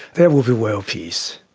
there would be world peace.